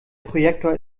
projektor